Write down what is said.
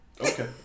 okay